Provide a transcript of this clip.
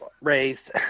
race